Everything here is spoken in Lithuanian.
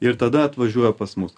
ir tada atvažiuoja pas mus